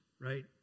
right